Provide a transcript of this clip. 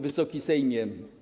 Wysoki Sejmie!